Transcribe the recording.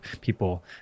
people